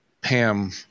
Pam